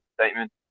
statement